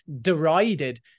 derided